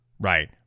right